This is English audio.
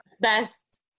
best